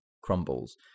crumbles